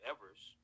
Evers